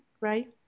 right